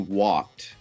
walked